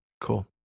cool